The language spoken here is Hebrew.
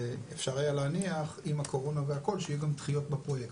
אפשר היה להניח עם הקורונה והכול שיהיו גם דחיות בפרויקט,